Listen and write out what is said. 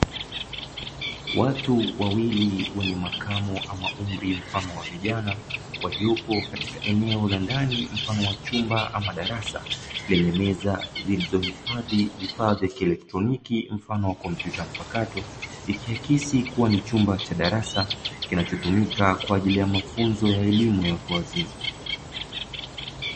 Watu wawili wenye makamo ama umri mfano wa vijana waliopo katika eneo la ndani mfano wa chumba ama darasa lenye meza zilizohifadhi vifaa vya kielektroniki mfano wa kompyuta mpakato, ikiakisi kuwa ni chumba cha darasa kinachotumika kwa ajili ya mafunzo ya elimu ya watu wazima.